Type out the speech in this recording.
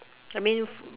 I mean